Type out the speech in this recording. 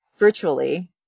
Virtually